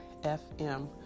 FM